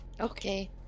Okay